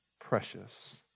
precious